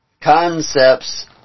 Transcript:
Concepts